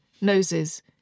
noses